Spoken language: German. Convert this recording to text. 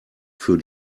für